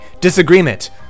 disagreement